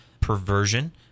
perversion